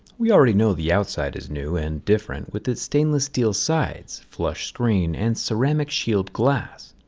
we already know the outside is new and different, with its stainless steel sides, flush screen, and ceramic shield glass,